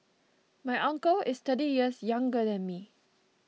my uncle is thirty years younger than me